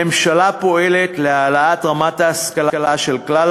הממשלה פועלת להעלאת רמת ההשכלה של כלל